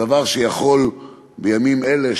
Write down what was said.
דבר שיכול בימים אלה,